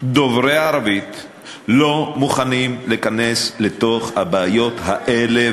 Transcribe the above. דוברי ערבית לא מוכנים להיכנס לתוך הבעיות האלה,